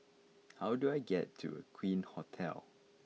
how do I get to Aqueen Hotel